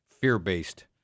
fear-based